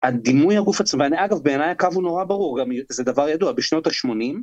הדימוי על גוף עצמו, ואני אגב, בעיניי הקו הוא נורא ברור, גם זה דבר ידוע, בשנות ה-80.